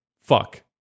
fuck